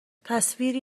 تصویری